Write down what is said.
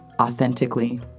Authentically